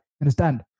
Understand